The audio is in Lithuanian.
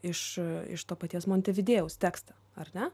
iš iš to paties montevidėjaus tekstą ar ne